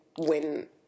win